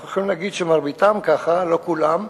אנחנו יכולים להגיד שמרביתם ככה, לא כולם,